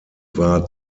war